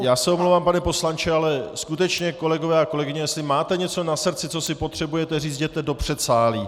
Já se omlouvám, pane poslanče, ale skutečně, kolegové a kolegyně, jestli máte něco na srdci, co si potřebujete říct, jděte do předsálí.